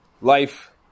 life